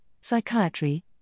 psychiatry